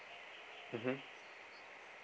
mmhmm